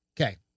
Okay